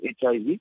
HIV